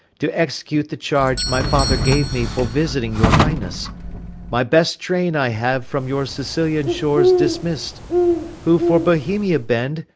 to execute the charge my father gave me, for visiting your highness my best train i have from your sicilian shores dismiss'd who for bohemia bend,